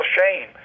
shame